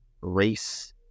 race